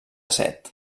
set